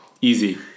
Easy